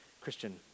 Christian